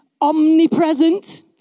omnipresent